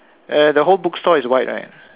uh the whole bookstore is white right